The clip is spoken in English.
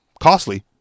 costly